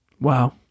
Wow